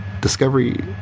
Discovery